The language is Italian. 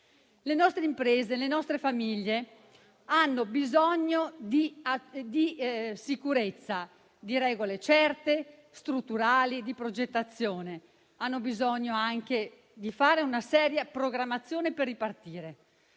Le nostre imprese e le nostre famiglie hanno bisogno di sicurezza, di regole certe, strutturali e di progettazione. Hanno bisogno anche di fare una seria programmazione per ripartire,